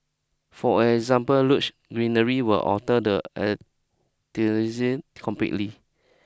for example greenery will alter the aesthetic completely